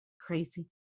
crazy